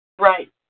Right